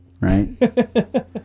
right